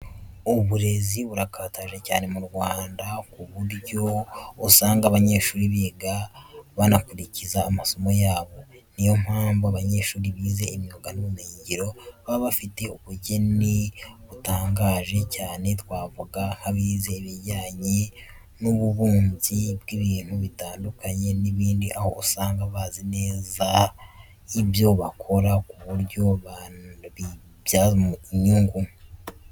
Uburezi burakataje cyane mu Rwanda ku buryo usanga abanyeshuri biga bakaminuza amasomo yabo, ni yo mpamvu abanyeshuri bize imyuga n'ubumenyingiro baba bafite ubugeni butangaje cyane twavuga nk'abize ibijyanye n'ububumbyi bw'ibintu bitandukanye n'ibindi, aho usanga bazi neza ibyo bakora ku buryo babibyaza inyungu.